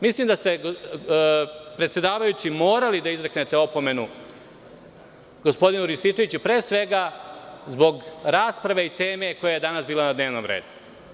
Mislim da ste, predsedavajući, morali da izreknete opomenu gospodinu Rističeviću, pre svega zbog rasprave i teme koja je danas bila na dnevnom redu.